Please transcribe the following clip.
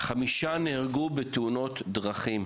חמישה נהרגו בתאונות דרכים,